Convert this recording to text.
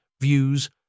views